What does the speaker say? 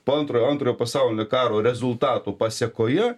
po antrojo antrojo pasaulinio karo rezultatų pasekoje